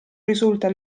risulta